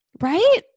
right